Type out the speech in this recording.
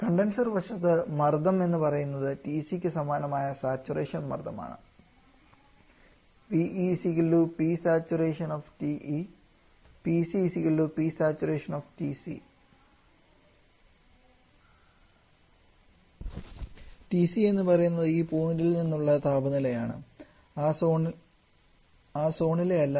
condenser വശത്ത് മർദ്ദം എന്ന് പറയുന്നത് TC ക് സമാനമായ സാച്ചുറേഷൻ മർദ്ദമാണ് PE Psat PC Psat Tc എന്ന് പറയുന്നത് ഈ പോയിൻറ്ൽ നിന്നുള്ള താപനിലയാണ് ആ സോണിലെ അല്ല